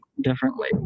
differently